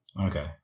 Okay